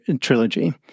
trilogy